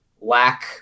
lack